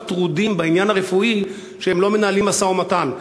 טרודים בעניין הרפואי שהם לא מנהלים משא-ומתן,